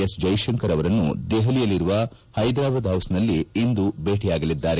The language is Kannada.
ಎಸ್ ಜೈಶಂಕರ್ ಅವರನ್ನು ದೆಹಲಿಯಲ್ಲಿರುವ ಹೈದಾರಾಬಾದ್ ಹೌಸ್ನಲ್ಲಿ ಇಂದು ಭೇಟಿಯಾಗಲಿದ್ದಾರೆ